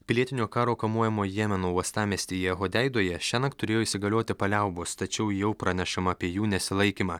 pilietinio karo kamuojamo jemeno uostamiestyje hodeidoje šiąnakt turėjo įsigalioti paliaubos tačiau jau pranešama apie jų nesilaikymą